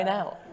OUT